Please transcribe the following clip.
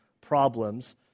problems